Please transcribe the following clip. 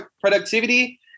productivity